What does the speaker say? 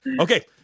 Okay